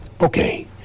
okay